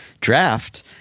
draft